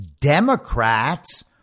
Democrats